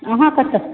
अहाँ कतऽ